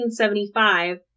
1975